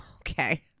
Okay